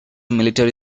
military